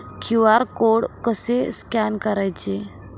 QR code कसे scan करायचे?